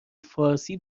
فارسی